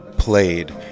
played